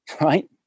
right